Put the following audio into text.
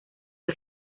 del